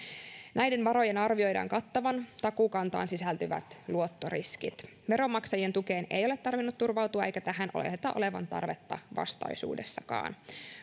näiden varojen arvioidaan kattavan takuukantaan sisältyvät luottoriskit veronmaksajien tukeen ei ole tarvinnut turvautua eikä tähän oleteta olevan tarvetta vastaisuudessakaan